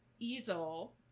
easel